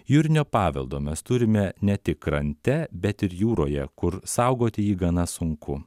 jūrinio paveldo mes turime ne tik krante bet ir jūroje kur saugoti jį gana sunku